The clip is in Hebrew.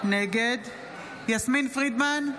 נגד יסמין פרידמן,